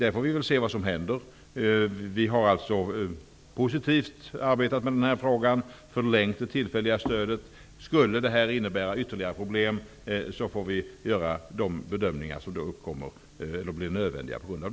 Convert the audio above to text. Vi får se vad som händer. Vi har arbetat positivt med denna fråga och har förlängt det tillfälliga stödet. Skulle det här innebära ytterligare problem, får vi göra erforderliga bedömningar.